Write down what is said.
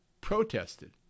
protested